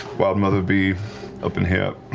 wildmother be up in here.